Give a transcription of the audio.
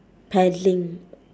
paddling